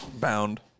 bound